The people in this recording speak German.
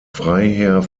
freiherr